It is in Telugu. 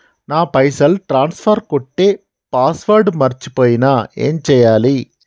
నా పైసల్ ట్రాన్స్ఫర్ కొట్టే పాస్వర్డ్ మర్చిపోయిన ఏం చేయాలి?